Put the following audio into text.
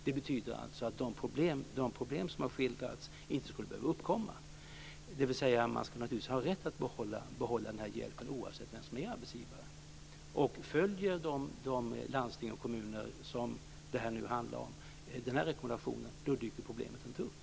Det betyder att de problem som har skildrats inte skulle behöva uppkomma. Man ska naturligtvis ha rätt att behålla hjälpmedlen oavsett vem som är arbetsgivare. Följer landstingen och kommunerna rekommendationen dyker problemet inte upp.